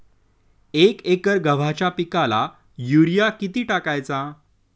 एक एकर गव्हाच्या पिकाला युरिया किती टाकायचा?